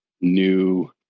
new